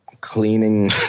cleaning